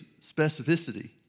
specificity